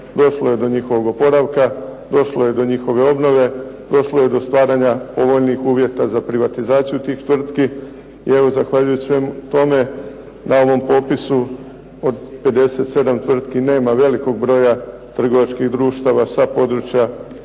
došlo je do njihovog oporavka, došlo je do njihove obnove, došlo je do stvaranja povoljnijih uvjeta za privatizaciju tih tvrtki, i zahvaljujući svemu tome na ovom popisu od 57 tvrtki nema velikog broja trgovačkih društava sa područja posebnog